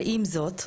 אבל עם זאת,